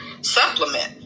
supplement